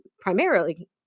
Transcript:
primarily